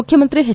ಮುಖ್ಯಮಂತ್ರಿ ಎಚ್